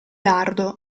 lardo